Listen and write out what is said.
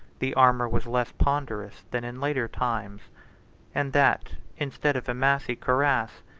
the armor was less ponderous than in later times and that, instead of a massy cuirass,